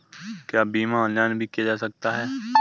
क्या बीमा ऑनलाइन भी किया जा सकता है?